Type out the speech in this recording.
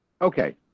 okay